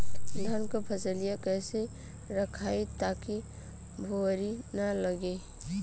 धान क फसलिया कईसे रखाई ताकि भुवरी न लगे?